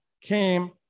came